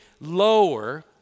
lower